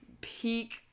peak